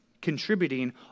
contributing